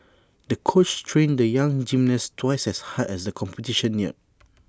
the coach trained the young gymnast twice as hard as the competition neared